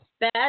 bad